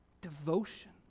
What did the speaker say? devotion